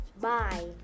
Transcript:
Bye